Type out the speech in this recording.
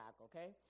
okay